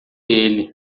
ele